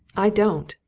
i don't!